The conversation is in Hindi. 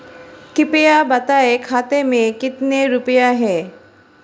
कृपया बताएं खाते में कितने रुपए हैं?